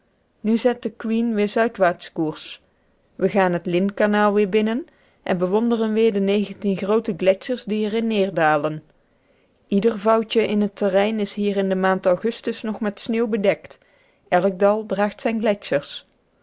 nu zet the queen weer zuidwaarts koers we gaan het lynnkanaal weer binnen en bewonderen weer de negentien groote gletschers die er in neerdalen ieder vouwt je in het terrein is hier in de maand augustus nog met sneeuw bedekt elk dal draagt zijne